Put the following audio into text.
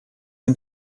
and